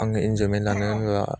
आङो इन्जयमेन्ट लानो आङो